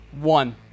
One